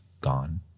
gone